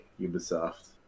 ubisoft